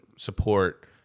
Support